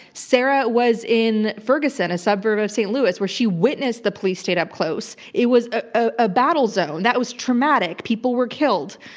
sarah was in ferguson, a suburb of st. louis, where she witnessed the police state up close. it was a battle zone. that was traumatic. people were killed.